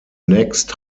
next